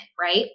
right